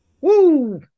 Woo